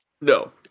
no